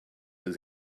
his